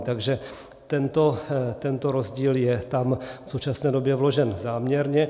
Takže tento rozdíl je tam v současné době vložen záměrně.